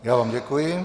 Já vám děkuji.